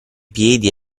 piedi